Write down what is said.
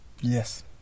Yes